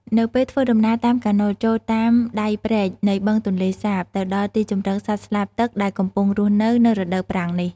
នៅពេលធ្វើដំណើរតាមកាណូត ចូលតាមដៃព្រែកនៃបឹងទន្លេសាប ទៅដល់ទីជម្រកសត្វស្លាបទឹកដែលកំពុងរស់នៅ នៅរដូវប្រាំងនេះ។